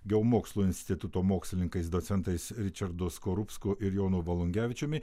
geomokslų instituto mokslininkais docentais ričardu skorupsku ir jonu volungevičiumi